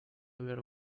haber